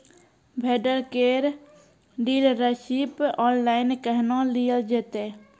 Vendor केर dealership online केहनो लियल जेतै?